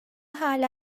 hala